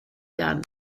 done